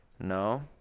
No